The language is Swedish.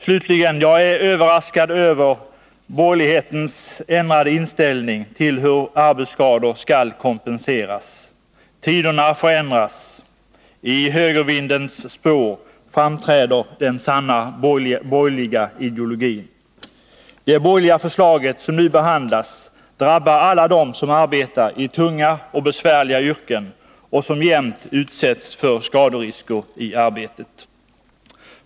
Slutligen: Jag är överraskad över borgerlighetens ändrade inställning till hur arbetsskador skall kompenseras. Tiderna förändras. I högervindens spår framträder den sanna borgerliga ideologin. Det borgerliga förslag som nu behandlas drabbar alla dem som arbetar i tunga och besvärliga yrken och som jämt utsätts för skaderisker i arbetet.